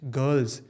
girls